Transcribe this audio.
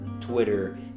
Twitter